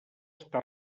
està